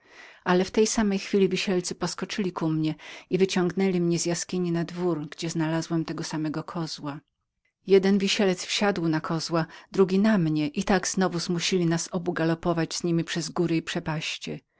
ale w tej samej chwili wisielcy poskoczyli ku mnie i wyciągnęli mnie do drugiej izby gdzie znalazłem tego samego kozła jeden wisielec wsiadł na kozła drugi na mnie i tak znowu zmusili nas obu galopować z niemi przez góry